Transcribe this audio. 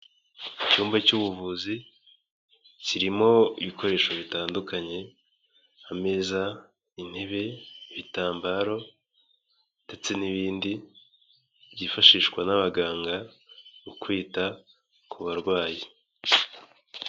Icyumba cy'ubuvuzi kirimo ibikoresho bitandukanye ameza, intebe, ibitambaro ndetse n'ibindi byifashishwa n'abaganga mu kwita ku barwayi.